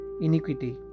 iniquity